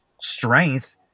strength